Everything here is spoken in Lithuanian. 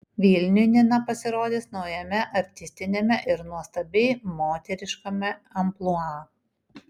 vilniui nina pasirodys naujame artistiniame ir nuostabiai moteriškame amplua